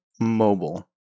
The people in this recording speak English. mobile